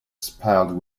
spelled